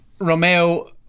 Romeo